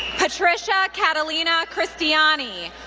patricia catalina cristiani,